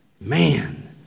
Man